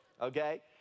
okay